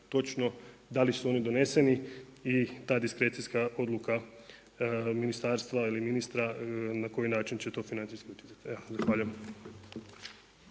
točno da li su oni doneseni i ta diskrecijska odluka ministarstva ili ministra na koji način će to financijski utjecati. Evo